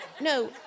no